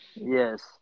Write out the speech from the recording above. yes